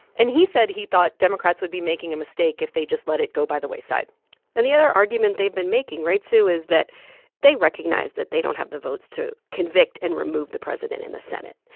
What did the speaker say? and he said he thought democrats would be making a mistake if they just let it go by the wayside and the other argument they've been making right, sue? is that they recognize that they don't have the votes to convict and remove the president in the senate.